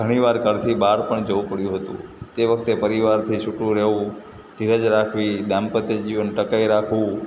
ઘણી વાર ઘરથી બહાર પણ જવું પડ્યું હતું તે વખતે પરિવારથી છૂટું રહેવું ધીરજ રાખવી દાંપત્ય જીવન ટકાવી રાખવું